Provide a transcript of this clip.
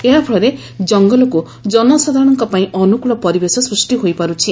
ଏହା ଫଳରେ ଜଙାଲକୁ ଜନସାଧାରଣଙ୍କ ପାଇଁ ଅନୁକୁଳ ପରିବେଶ ସୂଷ୍ ହୋଇପାରୁଛି